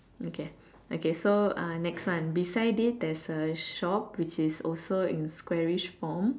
okay okay so uh next one beside it there's a shop which is also in squarish form